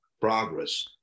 progress